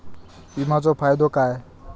विमाचो फायदो काय?